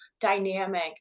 dynamic